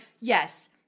yes